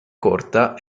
corta